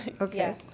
Okay